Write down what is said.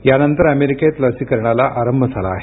यानंतर अमेरिकेत लसीकरणाला आरंभ झाला आहे